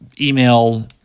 email